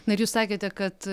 na ir jūs sakėte kad